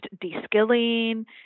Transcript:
de-skilling